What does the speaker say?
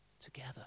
together